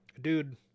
dude